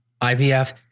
IVF